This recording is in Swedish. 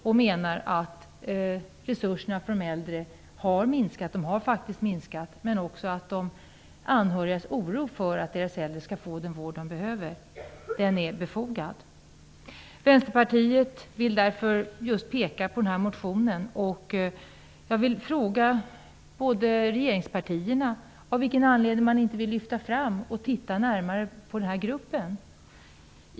De menar att resurserna för de äldre faktiskt har minskat och att deras oro för att de äldre inte skall få den vård som de behöver är befogad. Vänsterpartiet vill därför peka på just denna motion. Jag vill fråga regeringspartierna av vilken anledning man inte vill lyfta fram och titta närmare på den här gruppen.